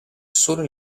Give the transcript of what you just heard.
solo